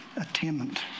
attainment